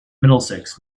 middlesex